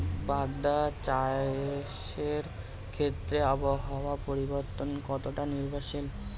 বাগদা চাষের ক্ষেত্রে আবহাওয়ার পরিবর্তন কতটা নির্ভরশীল?